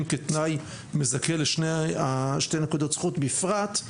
כתנאי מזכה לשתי נקודות זכות בפרט,